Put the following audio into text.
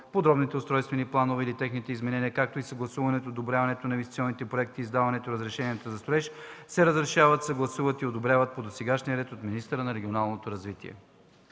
подробните устройствени планове или техните изменения, както и съгласуването и одобряването на инвестиционните проекти и издаването на разрешенията за строеж, се разрешават, съгласуват и одобряват по досегашния ред от министъра на регионалното развитие.”